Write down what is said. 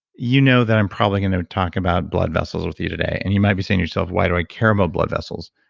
you know that i'm probably going to talk about blood vessels with you today. and you might be saying to yourself, why do i care about blood vessels?